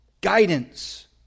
guidance